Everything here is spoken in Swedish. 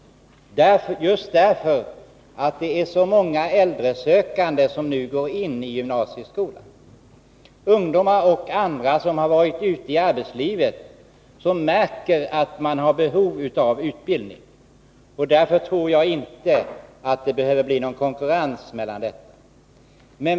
Jo, det är så många äldresökande som nu går in i gymnasieskolan — ungdomar och andra som har varit ute i arbetslivet och som märker att de har behov av utbildning. Därför tror jag inte att det behöver bli någon konkurrens på det här området.